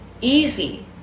easy